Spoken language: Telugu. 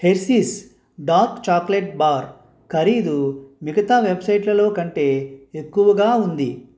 హెర్సిస్ డార్క్ చాక్లెట్ బార్ ఖరీదు మిగతా వెబ్సైట్లలో కంటే ఎక్కువగా ఉంది